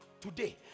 Today